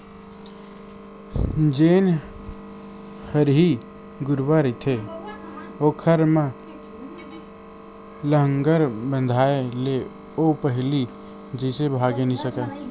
जेन हरही गरूवा रहिथे ओखर म लांहगर बंधाय ले ओ पहिली जइसे भागे नइ सकय